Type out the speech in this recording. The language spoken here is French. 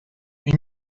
une